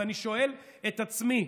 ואני שואל את עצמי,